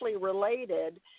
related